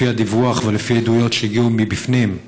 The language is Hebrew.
לפי הדיווח ולפי עדויות שהגיעו מבפנים,